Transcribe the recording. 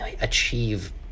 achieve